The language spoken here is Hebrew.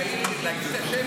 יאיר הירש,